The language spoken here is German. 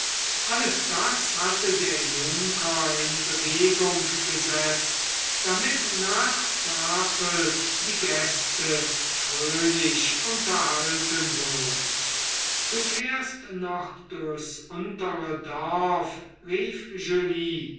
alles das hatte der junker in bewegung gesetzt damit nach tafel die gäste fröhlich unterhalten würden du fährst noch durchs untere dorf rief